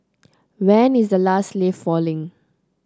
when is the last leaf falling